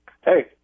Hey